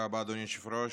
תודה רבה, אדוני היושב-ראש.